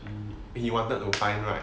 he wanted to find right